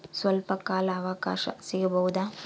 ಸ್ವಲ್ಪ ಕಾಲ ಅವಕಾಶ ಸಿಗಬಹುದಾ?